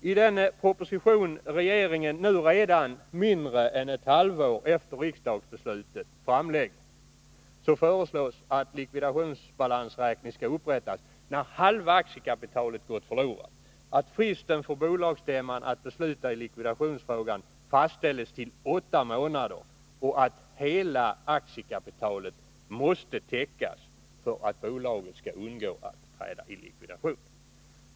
I den proposition som regeringen redan nu framlägger — mindre än ett halvår efter riksdagsbeslutet — föreslås att likvidationsbalansräkning skall upprättas när halva aktiekapitalet gått förlorat, att fristen för bolagsstämman att besluta i likvidationsfrågan fastställs till åtta månader och att hela aktiekapitalet måste täckas för att bolaget skall undgå att träda i likvidation.